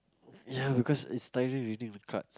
ya because it's tiring reading through cards